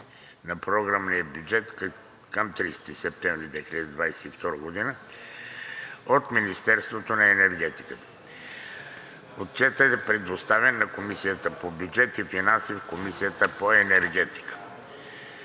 на програмния бюджет към 30 септември 2022 г. от Министерството на енергетиката. Отчетът е предоставен на Комисията по бюджет и финанси и на Комисията по енергетика.